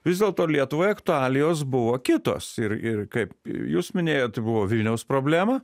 vis dėlto lietuvai aktualijos buvo kitos ir ir kaip jūs minėjot buvo vilniaus problema